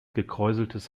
gekräuseltes